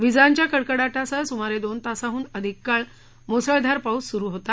विजांच्या कडकडाटासह सुमारे दोन तासाहुन अधिक काळ मुसळधार पाउस सुरु होता